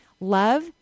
Love